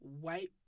white